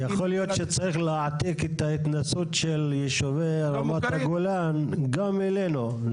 אז יכול להיות שצריך להעתיק את ההתנסות של יישובי רמת הגולן גם אלינו,